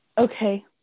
okay